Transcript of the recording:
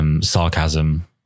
sarcasm